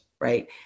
right